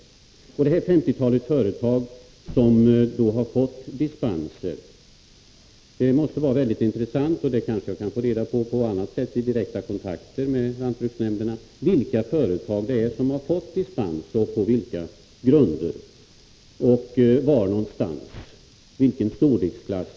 Det är alltså ett femtiotal företag som har fått dispens. Det skulle vara mycket intressant att få reda på fler uppgifter om dessa företag. Det kanske jag kan få på annat sätt, vid direkta kontakter med lantbruksnämnderna. Vilka företag är det som har fått dispens, och på vilka grunder har det skett? Var någonstans är de lokaliserade, och vilken storlek är det på dem?